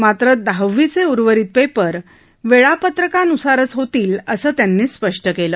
मात्र दहावीचे उर्वरित पेपर वेळापत्रकान्सारच होतील असं त्यांनी स्पष्ट केलं